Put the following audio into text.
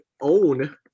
own